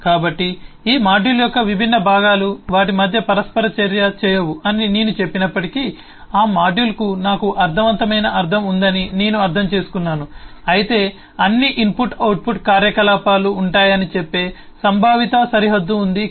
కాబట్టి ఈ మాడ్యూల్ యొక్క విభిన్న భాగాలు వాటి మధ్య పరస్పర చర్య చేయవు అని నేను చెప్పినప్పటికీ ఆ మాడ్యూల్కు నాకు అర్థవంతమైన అర్ధం ఉందని నేను అర్థం చేసుకున్నాను అయితే అన్ని ఇన్పుట్ అవుట్పుట్ కార్యకలాపాలు ఉంటాయని చెప్పే సంభావిత సరిహద్దు ఉంది ఇక్కడ